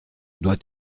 doit